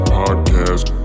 podcast